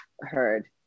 heard